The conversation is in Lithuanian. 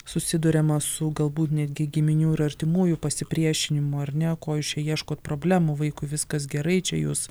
susiduriama su galbūt netgi giminių ir artimųjų pasipriešinimu ar ne ko jūs čia ieškot problemų vaikui viskas gerai čia jūs